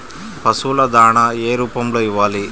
పశువుల దాణా ఏ రూపంలో ఇవ్వాలి?